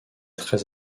très